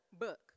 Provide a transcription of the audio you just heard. book